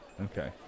Okay